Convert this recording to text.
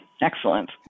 Excellent